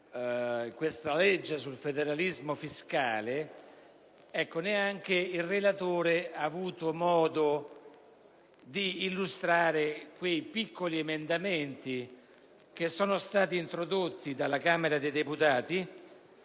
nella legge sul federalismo fiscale, ma che neanche il relatore ha avuto modo di illustrare quei piccoli emendamenti introdotti dalla Camera dei deputati